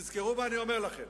תזכרו מה אני אומר לכם.